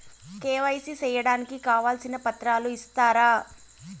KYC సేయడానికి కావాల్సిన పత్రాలు ఇస్తారా?